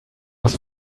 was